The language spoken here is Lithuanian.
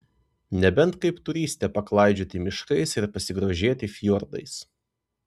nebent kaip turistė paklaidžioti miškais ir pasigrožėti fjordais